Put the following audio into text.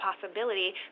possibility